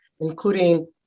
including